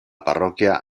parroquia